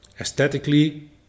Aesthetically